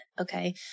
Okay